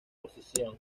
posición